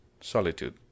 Solitude